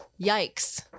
Yikes